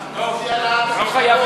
תצביע,